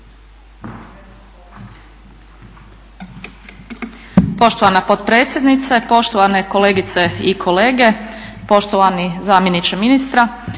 Poštovana potpredsjednice, poštovane kolegice i kolege, poštovani zamjeniče ministra.